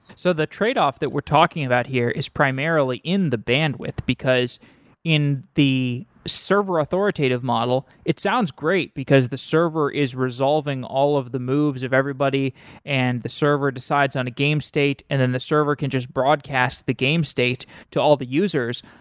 so the tradeoff that we're talking about here is primarily in the bandwidth, because in the server authoritative model it sounds great because the server is resolving all of the moves of everybody and the server decides on a game state and then the server can just broadcast the game state to all the users,